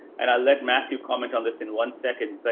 and i let matthew comment on this in one second, but